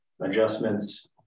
adjustments